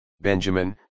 Benjamin